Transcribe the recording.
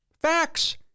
Facts